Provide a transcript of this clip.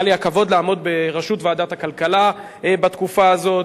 היה לי הכבוד לעמוד בראשות ועדת הכלכלה בתקופה הזאת.